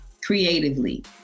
creatively